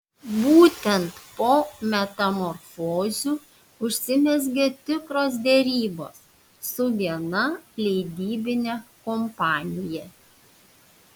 būtent po metamorfozių užsimezgė tikros derybos su viena leidybine kompanija